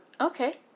Okay